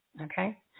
okay